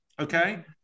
okay